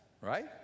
right